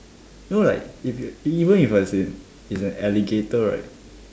no like if you even if it was it was an alligator right